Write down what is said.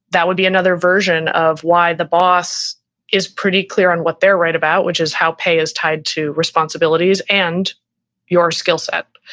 that would be another version of why the boss is pretty clear on what they're right about, which is how pay is tied to responsibilities and your skillset.